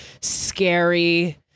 scary